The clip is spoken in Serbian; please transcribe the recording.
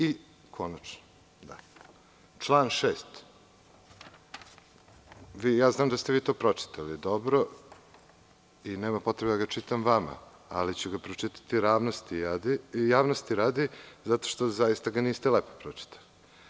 I konačno, član 6. Znam da ste vi to pročitali dobro i nema potrebe da ga čitam vama, ali ću ga pročitati javnosti radi zato što zaista ga niste lepo pročitali.